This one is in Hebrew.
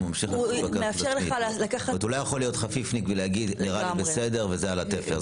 הוא לא יכול להיות חפיפניק ולומר שזה נראה לו בסדר וזה על התפר.